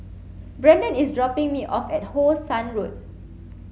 Brandon is dropping me off at How Sun Road